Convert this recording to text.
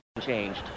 changed